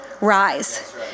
rise